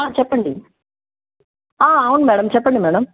చెప్పండి అవును మ్యాడమ్ చెప్పండి మ్యాడమ్